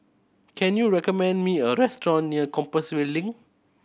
can you recommend me a restaurant near Compassvale Link